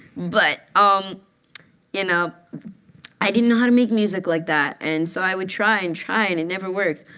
but um you know i didn't know how to make music like that. and so i would try and try, and it never worked.